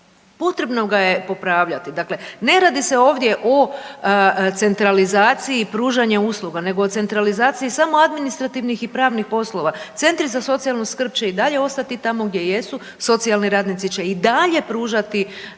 potrebno ga je popravljati. Dakle, ne radi se ovdje o centralizaciji i pružanje usluga nego o centralizaciji samo administrativnih poslova. Centri za socijalnu skrb će i dalje ostati tamo gdje jesu, socijalni radnici će i dalje pružati